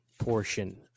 portion